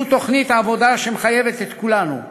זו תוכנית העבודה שמחייבת את כולנו.